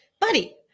Buddy